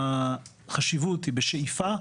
החשיבות היא בשאיפה,